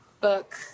book